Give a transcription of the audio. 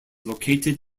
located